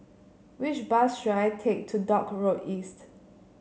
which bus should I take to Dock Road East